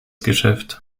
geschäft